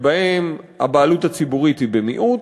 שבהן הבעלות הציבורית היא במיעוט,